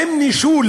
האם נישול